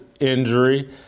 injury